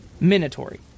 minatory